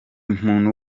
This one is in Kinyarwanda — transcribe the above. muntu